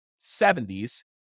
70s